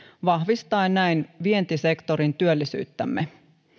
vahvistaen näin vientisektorin työllisyyttämme